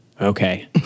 okay